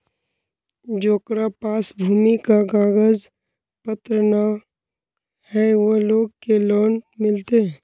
जेकरा पास भूमि का कागज पत्र न है वो लोग के लोन मिलते?